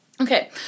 Okay